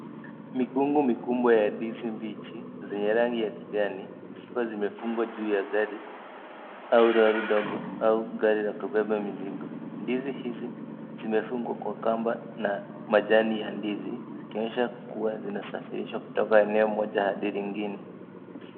Mikungu mikubwa ya ndizi mbichi zenye rangi ya kijani zikiwa zimefungwaa juu ya gari au lori ndogo au gari la kubeba mizigo. Ndizi hizi zimefungwa kwa kamba na majani ya ndizi zikionyesha kuwa zinasafirishwa kutoka eneo moja hadi lingine.